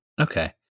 Okay